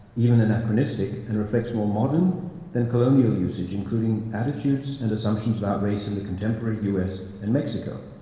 even anachronistic, and reflects more modern than colonial usage, including attitudes and assumptions about race in the contemporary us and mexico.